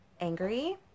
angry